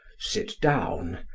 sit down,